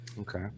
Okay